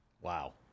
Wow